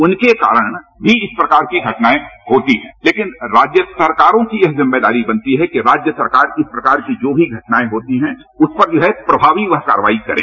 उनके कारण भी इस प्रकार की घटनाएं होती है लेकिन राज्य सरकारों की यह जिम्मेदारी बनती है कि राज्य सरकार की इस सरकार की जो भी घटनाएं होती हैं उस पर जो प्रभावी वह कार्यवाही करे